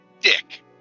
Dick